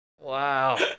Wow